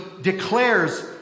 declares